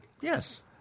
Yes